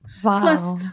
Plus